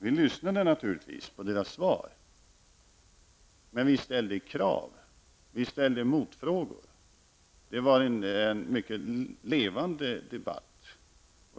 Vi lyssnade naturligtvis på svaren, men vi ställde också krav och motfrågor. Det var en mycket levande debatt.